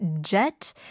jet